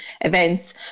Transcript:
events